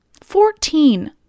Fourteen